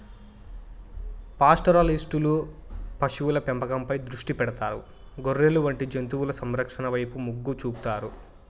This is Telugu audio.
పాస్టోరలిస్టులు పశువుల పెంపకంపై దృష్టి పెడతారు, గొర్రెలు వంటి జంతువుల సంరక్షణ వైపు మొగ్గు చూపుతారు